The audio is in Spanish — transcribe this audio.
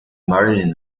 marilyn